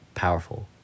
Powerful